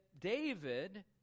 David